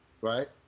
right